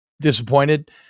disappointed